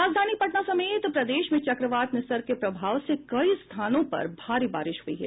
राजधानी पटना समेत प्रदेश में चक्रवात निसर्ग के प्रभाव से कई स्थानों पर भारी बारिश हुई है